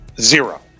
Zero